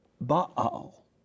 Baal